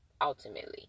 ultimately